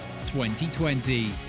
2020